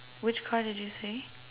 which car did you say